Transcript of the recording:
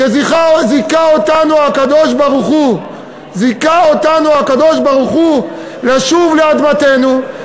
שזיכה אותנו הקדוש-ברוך-הוא לשוב לאדמתנו,